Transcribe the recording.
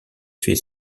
fait